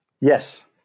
Yes